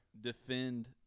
Defend